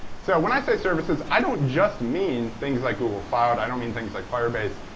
so when i say services, i don't just mean things like google cloud. i don't mean things like firebase.